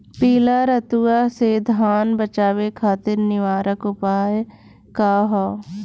पीला रतुआ से धान बचावे खातिर निवारक उपाय का ह?